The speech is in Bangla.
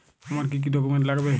আমার কি কি ডকুমেন্ট লাগবে?